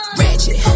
ratchet